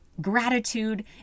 gratitude